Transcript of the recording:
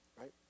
right